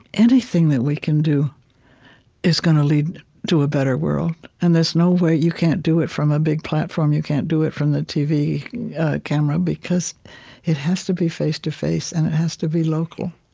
anything that we can do is going to lead to a better world. and there's no way you can't do it from a big platform. you can't do it from the tv camera because it has to be face-to-face, and it has to be local